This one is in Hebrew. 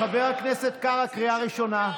חבר הכנסת קרעי, קריאה ראשונה.